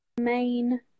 main